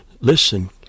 listen